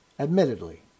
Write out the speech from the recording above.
admittedly